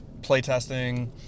playtesting